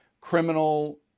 criminal